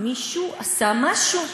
מישהו עשה משהו.